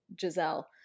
Giselle